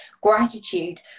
gratitude